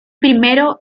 primero